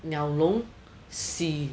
鸟笼洗